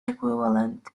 equivalent